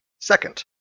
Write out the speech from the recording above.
second